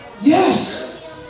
Yes